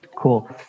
Cool